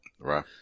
Right